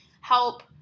help